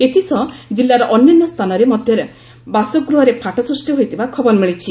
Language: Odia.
ଏଥିସହ ଜିଲ୍ଲାର ଅନ୍ୟାନ୍ୟ ସ୍ଥାନରେ ମଧ୍ଧରେ ବାସଗୃହରେ ଫାଟ ସୃଷ୍ଟି ହୋଇଥିବା ଖବର ମିଳିଛି